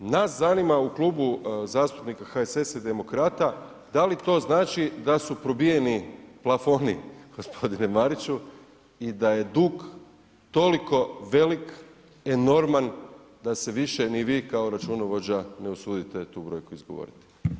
Nas zanima u Klubu zastupnika HSS-a i Demokrata da li to znači da su probijeni plafoni g. Mariću i da je dug toliko velik, enorman, da se više ni vi kao računovođa ne usudite tu brojku izgovoriti?